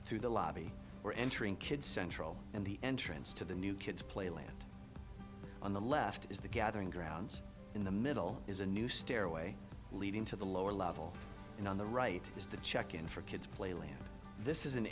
east through the lobby we're entering kid central and the entrance to the new kids play land on the left is the gathering grounds in the middle is a new stairway leading to the lower level and on the right is the check in for kids play land this is an